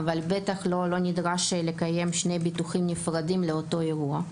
אבל בטח לא נדרש לקיים שני ביטוחים נפרדים לאותו אירוע.